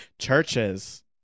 Churches